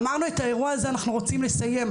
אמרנו שאת האירוע הזה אנחנו רוצים לסיים,